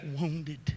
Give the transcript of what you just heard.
wounded